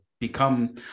become